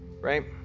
Right